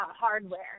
hardware